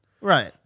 right